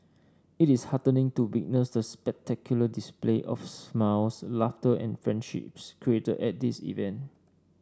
it is heartening to witness the spectacular display of smiles laughter and friendships created at this event